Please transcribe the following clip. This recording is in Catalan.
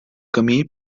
camí